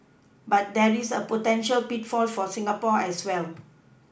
but there is a potential pitfall for Singapore as well